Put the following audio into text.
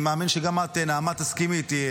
אני מאמין שגם את, נעמה, תסכימי איתי.